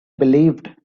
believed